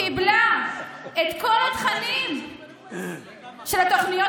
קיבלה את כל התכנים של התוכניות